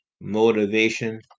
motivation